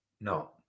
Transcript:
no